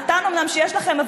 הקטן אומנם שיש לכם,